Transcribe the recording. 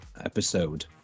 episode